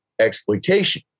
exploitation